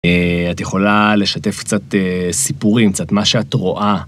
את יכולה לשתף קצת סיפורים, קצת מה שאת רואה.